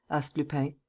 asked lupin.